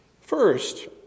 First